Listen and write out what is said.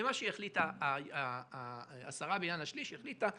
מה שהחליטה השרה בעניין השליש החליטה,